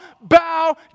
bow